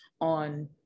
on